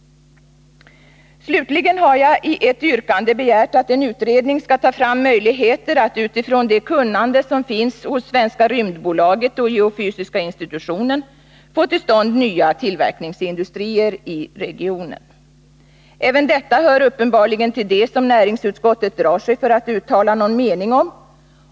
Slutligen har jag i ett yrkande begärt, att en utredning skall ta fram möjligheter att utifrån det kunnande som finns hos Svenska rymd AB och vid geofysiska institutionen få till stånd nya tillverkningsindustrier i regionen. Även detta hör uppenbarligen till det som näringsutskottet drar sig för att uttala någon mening om.